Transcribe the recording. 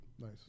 Nice